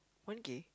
one kay